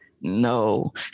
no